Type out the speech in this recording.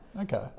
Okay